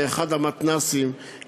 באחד המתנ"סים,